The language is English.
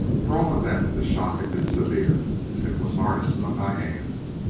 for all of them the shock had been severe it was hardest on diane.